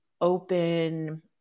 open